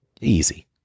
easy